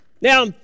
Now